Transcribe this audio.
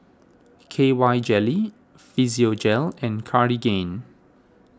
K Y Jelly Physiogel and Cartigain